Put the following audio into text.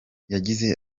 yagize